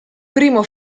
primo